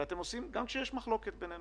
ואתם עושים, גם כשיש מחלוקת בינינו.